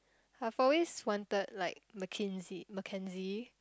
I've always wanted like Mackenzie Mackenzie